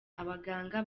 abaganga